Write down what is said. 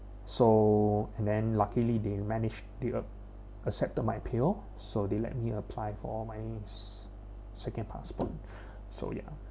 so and then luckily they manage they accepted my appeal so they let me apply for my second passport so ya